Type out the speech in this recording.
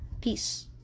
Peace